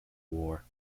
war